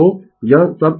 तो i2 अर्थात t 2 पर